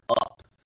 Up